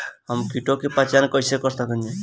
हम कीटों की पहचान कईसे कर सकेनी?